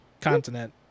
Continent